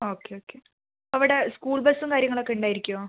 okay okay അവിടെ school ബസ്സും കാര്യങ്ങളൊക്കെ ഉണ്ടായിരിക്കുമോ